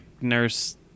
nurse